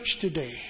today